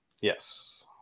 Yes